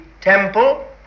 temple